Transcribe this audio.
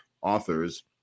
authors